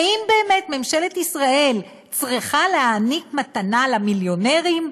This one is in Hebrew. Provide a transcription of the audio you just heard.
והאם באמת ממשלת ישראל צריכה להעניק מתנה למיליונרים,